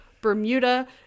Bermuda